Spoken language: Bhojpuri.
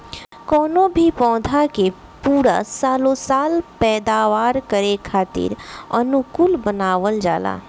कवनो भी पौधा के पूरा सालो साल पैदावार करे खातीर अनुकूल बनावल जाला